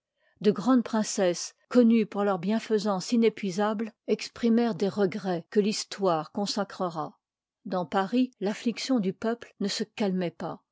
de grandes princesse connues par leur bienfaisance inépuisable exprimèrent des regrets que l'histoire consacrera ii part dans paris affliction du peuple ne se ilf calmoit pas